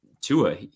Tua